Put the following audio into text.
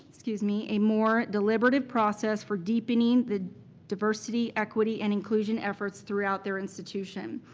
excuse me, a more deliberative process for deepening the diversity, equity, and inclusion efforts throughout their institution.